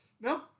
No